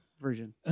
version